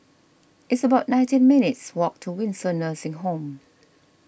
it's about nineteen minutes' walk to Windsor Nursing Home